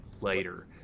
later